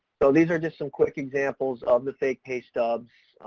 so these are just some quick examples of the fake pay stubs,